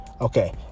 Okay